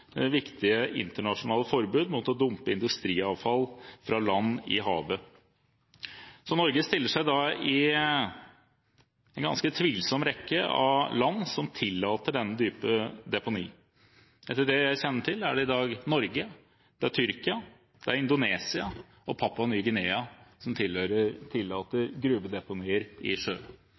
viktige internasjonale forbud mot å dumpe industriavfall fra land i havet. Norge stiller seg i en ganske tvilsom rekke av land som tillater denne type deponi. Etter det jeg kjenner til, er det i dag Norge, Tyrkia, Indonesia og Papua Ny-Guinea som tillater gruvedeponier i sjø.